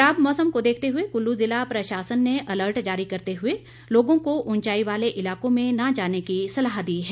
खराब मौसम को देखते हुए कुल्लू जिला प्रशासन ने अलर्ट जारी करते हुए लोगों को ऊंचाई वाले इलाकों में न जाने की सलाह दी है